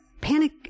panic